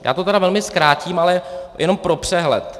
Já to tedy velmi zkrátím, ale jenom pro přehled.